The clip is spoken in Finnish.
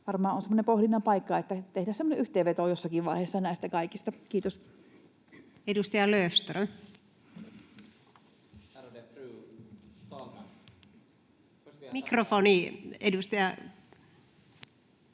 Varmaan on semmoinen pohdinnan paikka, että tehtäisiin semmoinen yhteenveto jossakin vaiheessa näistä kaikista. — Kiitos. Edustaja Löfström. Ärade fru